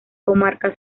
comarca